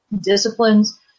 disciplines